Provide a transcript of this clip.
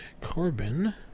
Corbin